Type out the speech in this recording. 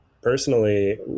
personally